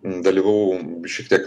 dalyvavau šiek tiek